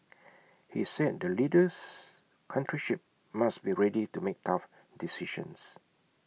he said the leader's country ship must be ready to make tough decisions